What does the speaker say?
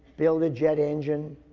build a jet engine,